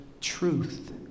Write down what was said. truth